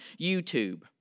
YouTube